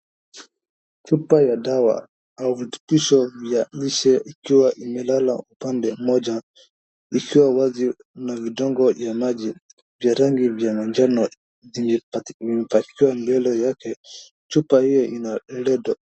Chupa ya dawa au virutumbisho vya lishe ikiwa imelala upande mmoja ikiwa wazi na vidonge ya maji vya rangi ya majano vimepakiwa mbele yake. Chupa hiyo inalido.